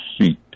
seat